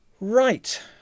Right